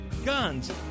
guns